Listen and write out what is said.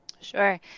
Sure